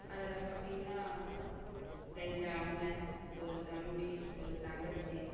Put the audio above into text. அதில் பார்த்தீங்கன்னா ரெண்டு அண்ணன் ஒரு தம்பி ஒரு தங்கச்சி